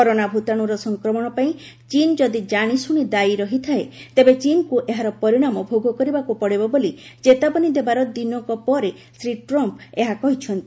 corona ଭୂତାଣୁର ସଂକ୍ରମଣ ପାଇଁ ଚୀନ ଯଦି ଜାଣିଶୁଣି ଦାୟୀ ରହିଥାଏ ତେବେ ଚୀନକୁ ଏହାର ପରିଣାମ ଭୋଗ କରିବାକୁ ପଡ଼ିବ ବୋଲି ଚେତାବନୀ ଦେବାର ଦିନକ ପରେ ଶ୍ରୀ ଟ୍ରମ୍ପ ଏହା କହିଛନ୍ତି